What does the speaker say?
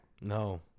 No